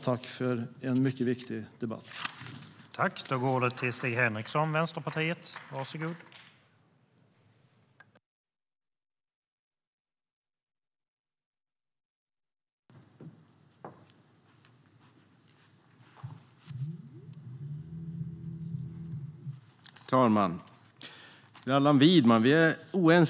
Tack för en mycket viktig debatt, herr talman!